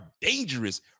dangerous